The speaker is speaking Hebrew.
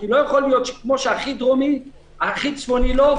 כי לא יכול להיות שהכי דרומי כן והכי צפוני לא,